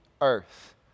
earth